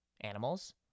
animals